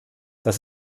das